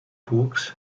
books